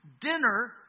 dinner